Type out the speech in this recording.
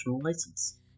License